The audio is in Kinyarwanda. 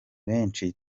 benshi